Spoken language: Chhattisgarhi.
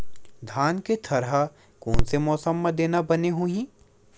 धान के थरहा कोन से मौसम म देना बने होही?